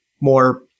more